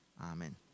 Amen